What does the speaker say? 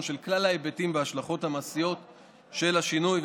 של כלל ההיבטים וההשלכות המעשיות של השינוי,